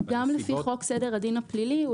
גם לפי חוק סדר הדין הפלילי,